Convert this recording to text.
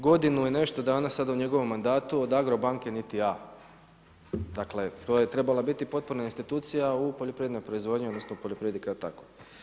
Godinu i nešto dana sada u njegovom mandatu od Agrobanke niti A, dakle to je trebala biti potpuna institucija u poljoprivrednoj proizvodnji odnosno u poljoprivredi kao takvoj.